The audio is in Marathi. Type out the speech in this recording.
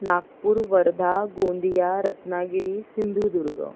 नागपूर वर्धा गोंदिया रत्नागिरी सिंधुदुर्ग